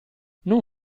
non